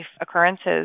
occurrences